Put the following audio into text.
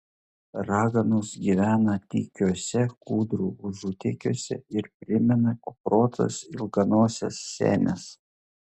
raganos gyvena tykiuose kūdrų užutėkiuose ir primena kuprotas ilganoses senes